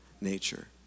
nature